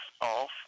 off